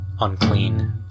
unclean